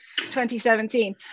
2017